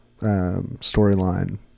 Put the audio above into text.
storyline